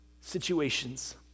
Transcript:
situations